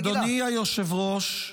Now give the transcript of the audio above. אדוני היושב-ראש,